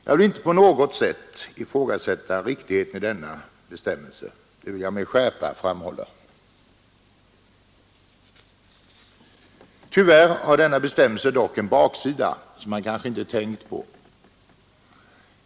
Jag vill inte på något sätt ifrågasätta riktigheten av denna bestämmelse, det vill jag med skärpa framhålla. Tyvärr har bestämmelsen dock en baksida, som man kanske inte har tänkt på.